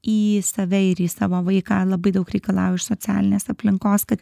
į save ir į savo vaiką labai daug reikalauja iš socialinės aplinkos kad